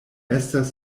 estas